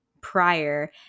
prior